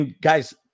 guys